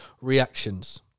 reactions